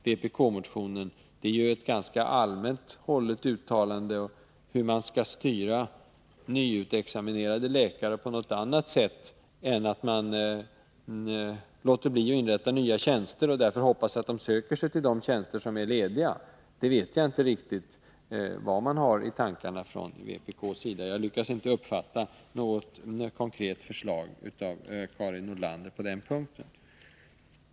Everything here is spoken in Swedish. Det är ju ett ganska allmänt hållet uttalande. Hur man skall kunna styra nyutexaminerade läkare på något annat sätt än genom att låta bli att inrätta nya tjänster och hoppas att de därför söker sig till de tjänster som är lediga vet jag inte riktigt. Jag vet inte vad man från vpk:s sida har i tankarna. Jag lyckades inte uppfatta något konkret förslag på den punkten från Karin Nordlander.